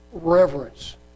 reverence